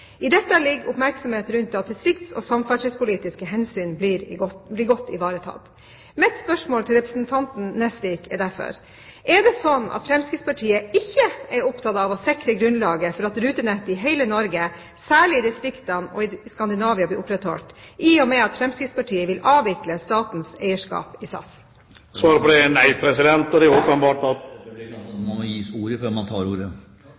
I dette ligger oppmerksomhet rundt at distrikts- og samferdselspolitiske hensyn blir godt ivaretatt. Mitt spørsmål til representanten Nesvik er derfor: Er det slik at Fremskrittspartiet ikke er opptatt av å sikre grunnlaget for at rutenettet i hele Norge, særlig i distriktene og i Skandinavia, blir opprettholdt, i og med at Fremskrittspartiet vil avvikle statens eierskap i SAS? Svaret er